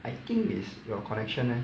I think is your connection leh